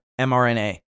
MRNA